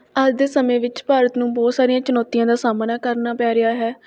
ਅੱਜ ਦੇ ਸਮੇਂ ਵਿੱਚ ਭਾਰਤ ਨੂੰ ਬਹੁਤ ਸਾਰੀਆਂ ਚੁਣੌਤੀਆਂ ਦਾ ਸਾਹਮਣਾ ਕਰਨਾ ਪੈ ਰਿਹਾ ਹੈ